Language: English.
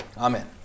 Amen